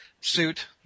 suit